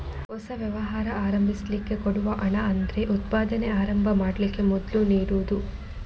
ಹೊಸ ವ್ಯವಹಾರ ಆರಂಭಿಸ್ಲಿಕ್ಕೆ ಕೊಡುವ ಹಣ ಅಂದ್ರೆ ಉತ್ಪಾದನೆ ಆರಂಭ ಮಾಡ್ಲಿಕ್ಕೆ ಮೊದ್ಲು ನೀಡುದು